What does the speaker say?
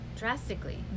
Drastically